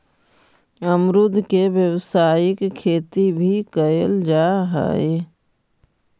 अमरुद के व्यावसायिक खेती भी कयल जा हई